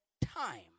time